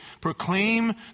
proclaim